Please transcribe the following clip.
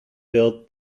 built